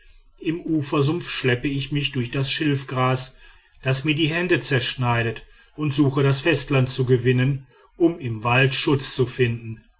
im ufersumpf schleppe ich mich durch das schilfgras das mir die hände zerschneidet und suche das festland zu gewinnen um im wald schutz zu finden